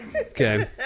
Okay